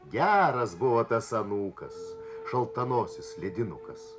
geras buvo tas anūkas šaltanosis ledinukas